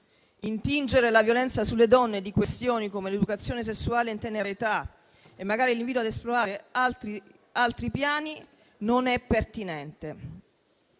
Intingere la violenza sulle donne di questioni come l'educazione sessuale in tenera età e magari l'invito ad esplorare altri piani non è pertinente.